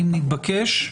אם נתבקש,